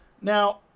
now